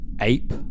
Ape